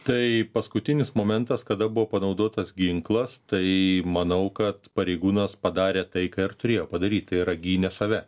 tai paskutinis momentas kada buvo panaudotas ginklas tai manau kad pareigūnas padarė tai ką ir turėjo padaryt tai yra gynė save